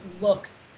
looks